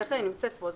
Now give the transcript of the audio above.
בדרך כלל היא נמצאת פה.